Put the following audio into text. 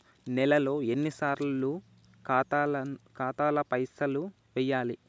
నెలలో ఎన్నిసార్లు ఖాతాల పైసలు వెయ్యాలి?